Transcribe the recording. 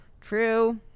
True